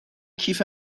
کیف